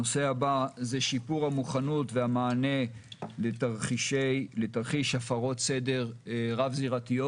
הנושא הבא הוא שיפור המוכנות והמענה לתרחיש הפרות סדר רב-זירתיות.